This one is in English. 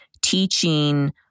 teaching